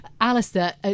Alistair